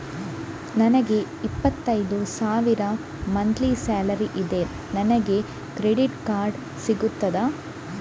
ನನಗೆ ಇಪ್ಪತ್ತೈದು ಸಾವಿರ ಮಂತ್ಲಿ ಸಾಲರಿ ಇದೆ, ನನಗೆ ಕ್ರೆಡಿಟ್ ಕಾರ್ಡ್ ಸಿಗುತ್ತದಾ?